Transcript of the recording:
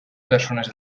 persones